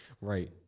Right